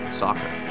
soccer